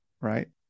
right